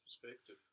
perspective